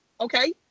okay